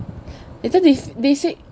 isn't this basic